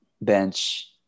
bench